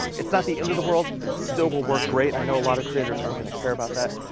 it's not the end of the world. it still will work great. i know a lot of creators aren't gonna care about that,